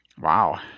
Wow